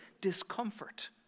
discomfort